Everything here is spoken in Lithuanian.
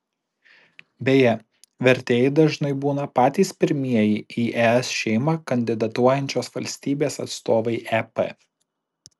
beje vertėjai dažnai būna patys pirmieji į es šeimą kandidatuojančios valstybės atstovai ep